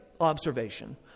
observation